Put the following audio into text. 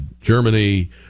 Germany